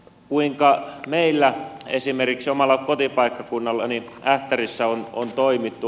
kuinka meillä esimerkiksi omalla kotipaikkakunnallani ähtärissä on toimittu